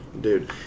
dude